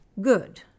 Good